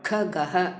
खगः